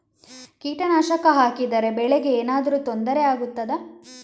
ಕೀಟನಾಶಕ ಹಾಕಿದರೆ ಬೆಳೆಗೆ ಏನಾದರೂ ತೊಂದರೆ ಆಗುತ್ತದಾ?